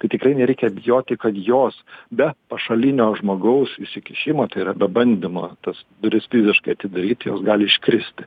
tai tikrai nereikia bijoti kad jos be pašalinio žmogaus įsikišimo tai yra be bandymo tas duris fiziškai atidaryti jos gali iškristi